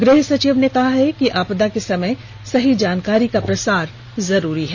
गृह सचिव ने कहा है कि आपदा के समय सही जानकारी का प्रसार जरूरी है